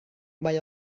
mae